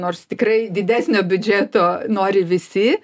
nors tikrai didesnio biudžeto nori visi